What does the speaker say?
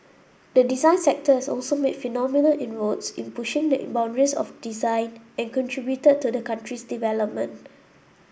the design sector has also made phenomenal inroads in pushing the boundaries of design and contributed to the country's development